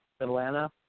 Atlanta